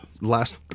last